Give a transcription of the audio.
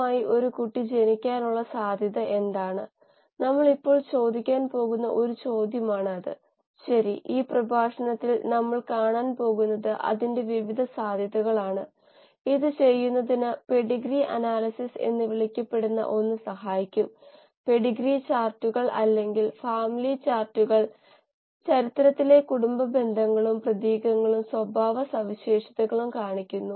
module 2 നിങ്ങൾ ഓർക്കുന്നുവെങ്കിൽ അതിൻറെ ശീർഷകം ഒരു ബയോ റിയാക്ടറിന്റെ രണ്ട് പ്രധാന ഫലങ്ങളാണ് കോശങ്ങൾ സ്വയം അല്ലെങ്കിൽ ബയോമാസ് എന്നറിയപ്പെടുന്നവ അല്ലെങ്കിൽ കോശങ്ങൾ നിർമ്മിച്ച ഉൽപ്പന്നങ്ങൾ അല്ലെങ്കിൽ എൻസൈം പ്രതിപ്രവർത്തനങ്ങൾ